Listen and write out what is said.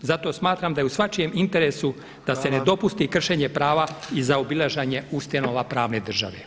Zato smatram da je u svačijem interesu da se ne dopusti kršenje prava i zaobiljaženje ustanova pravne države.